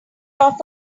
off